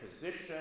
position